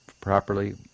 properly